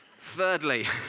Thirdly